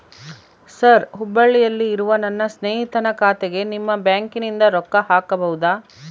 Sir ಹುಬ್ಬಳ್ಳಿಯಲ್ಲಿ ಇರುವ ನನ್ನ ಸ್ನೇಹಿತನ ಖಾತೆಗೆ ನಿಮ್ಮ ಬ್ಯಾಂಕಿನಿಂದ ರೊಕ್ಕ ಹಾಕಬಹುದಾ?